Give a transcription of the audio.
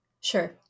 sure